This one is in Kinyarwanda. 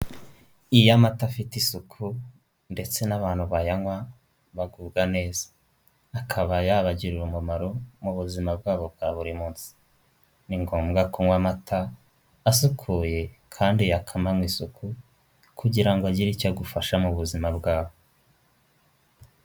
Iyo amata afite isuku ndetse n'abantu bayanywa bagubwa neza akaba yabagirira umumaro mu buzima bwabo bwa buri munsi, ni ngombwa kunywa amata asukuye kandi yakamanwe isuku kugira ngo agire icyo agufasha mu buzima bwawe.